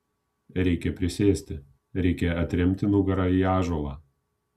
reikia prisėsti reikia atremti nugarą į ąžuolą